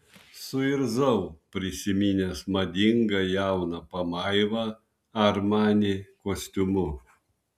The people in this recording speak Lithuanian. suirzau prisiminęs madingą jauną pamaivą armani kostiumu